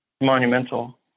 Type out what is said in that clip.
monumental